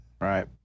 Right